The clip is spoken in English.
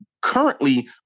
currently